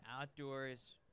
Outdoors